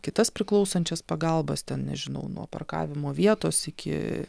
kitas priklausančias pagalbas ten nežinau nuo parkavimo vietos iki